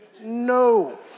No